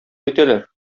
итәләр